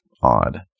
odd